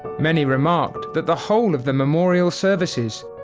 many remarked that the whole of the memorial services,